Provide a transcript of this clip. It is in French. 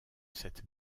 cette